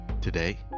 Today